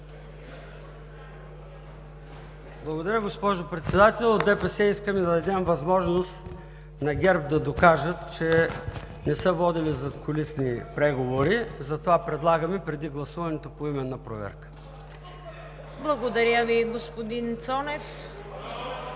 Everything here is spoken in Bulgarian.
Благодаря, госпожо Председател. От ДПС искаме да дадем възможност на ГЕРБ да докажат, че не са водени задкулисни преговори, затова предлагаме преди гласуването – поименна проверка. (Частични ръкопляскания